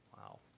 Wow